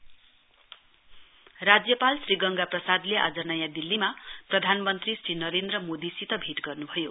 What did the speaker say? governor पिएस राज्यपाल श्री गंगा प्रसादले आज नयाँ दिल्लीमा प्रधानमन्त्री श्री नरेन्द्र मोदीसित भेट गर्नुभयो